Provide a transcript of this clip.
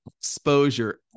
exposure